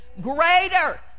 Greater